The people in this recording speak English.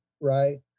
Right